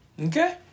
Okay